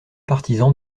partisan